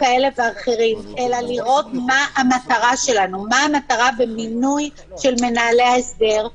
כאלה ואחרים אלא לראות מה המטרה שלנו במינוי מנהלי ההסדר.